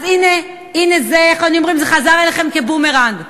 אז הנה, זה חזר אליכם כבומרנג.